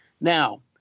Now